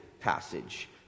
passage